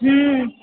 ह्